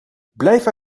blijf